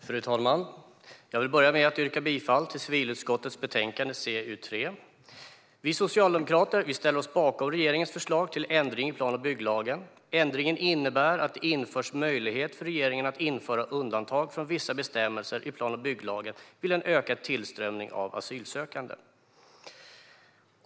Fru talman! Jag vill börja med att yrka bifall till utskottets förslag i civilutskottets betänkande CU3. Vi socialdemokrater ställer oss bakom regeringens förslag till ändring i plan och bygglagen. Ändringen innebär att det införs möjlighet för regeringen att införa undantag från vissa bestämmelser i plan och bygglagen vid en ökad tillströmning av asylsökande.